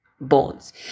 bonds